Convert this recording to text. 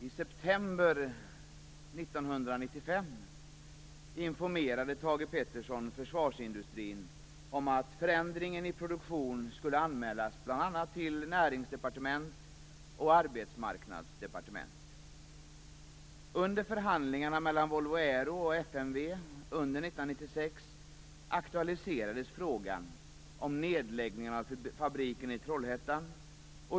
Fru talman! I september 1995 informerade Thage Petersson försvarsindustrin om att förändringar i produktionen skulle anmälas till bl.a. Näringsdepartementet och Arbetsmarknadsdepartementet. Under förhandlingarna mellan Volvo Aero och FMV under 1996 aktualiserades frågan om nedläggning av fabriken i Trollhättan.